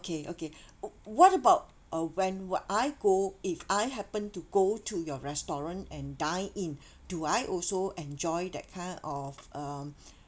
okay okay what about uh when what I go if I happen to go to your restaurant and dine in do I also enjoy that kind of um